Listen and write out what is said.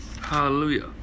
Hallelujah